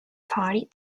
party